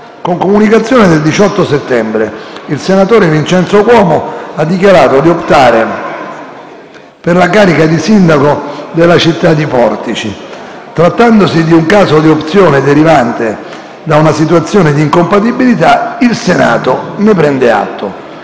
con comunicazione del 18 settembre, il senatore Vincenzo Cuomo ha dichiarato di optare per la carica di sindaco della città di Portici. Trattandosi di un caso di opzione derivante da una situazione d'incompatibilità, il Senato ne prende atto.